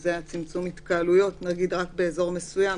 שזה צמצום התקהלויות רק באזור מסוים,